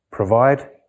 provide